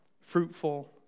fruitful